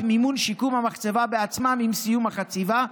מימון שיקום המחצבה בעצמם עם סיום החציבה,